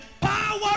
power